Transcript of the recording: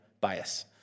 bias